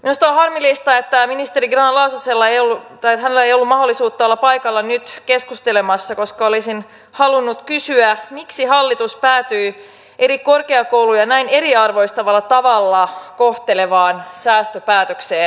minusta on harmillista että ministeri grahn laasosella ei ollut mahdollisuutta olla paikalla nyt keskustelemassa koska olisin halunnut kysyä miksi hallitus päätyi eri korkeakouluja näin eriarvoistavalla tavalla kohtelevaan säästöpäätökseen